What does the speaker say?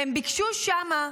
והם ביקשו שם,